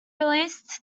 released